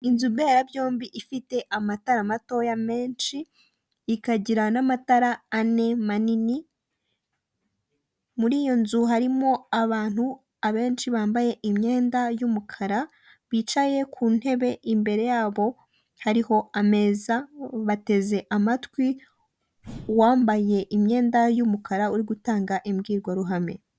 Inzubeya byombi ifite amatara matoya menshi, ikagira n'amatara ane manini, muri iyo nzu harimo abantu benshi bambaye imyenda y'umukara bicaye ku ntebe, imbere yabo hariho ameza, bateze amatwi, uwambaye imyenda y'umukara uri gutanga imbwirwaruhame.